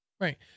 Right